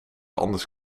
anders